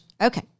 Okay